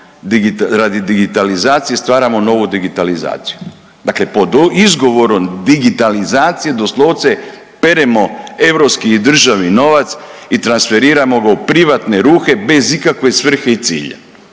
radi digitalizacije stvaramo novu digitalizaciju. Dakle, pod izgovorom digitalizacije doslovce peremo europski i državni novac i transferiramo ga u privatne ruke bez ikakve svrhe i cilja.